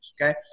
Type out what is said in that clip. okay